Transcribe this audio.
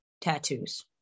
tattoos